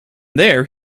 there